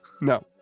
No